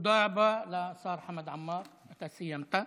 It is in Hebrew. תודה רבה לשר חמד עמאר, אתה סיימת.